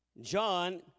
John